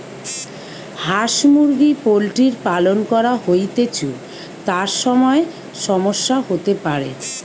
হাঁস মুরগি পোল্ট্রির পালন করা হৈতেছু, তার সময় সমস্যা হতে পারে